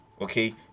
Okay